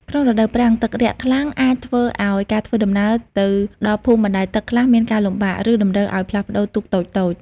ក្នុងរដូវប្រាំង ទឹករាក់ខ្លាំងអាចធ្វើឱ្យការធ្វើដំណើរទៅដល់ភូមិបណ្ដែតទឹកខ្លះមានការលំបាក ឬតម្រូវឱ្យផ្លាស់ប្ដូរទូកតូចៗ។